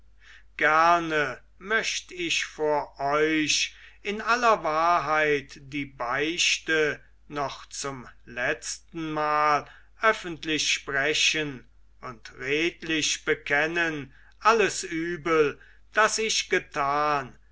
gerne möcht ich vor euch in aller wahrheit die beichte noch zum letztenmal öffentlich sprechen und redlich bekennen alles übel das ich getan